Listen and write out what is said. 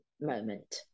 moment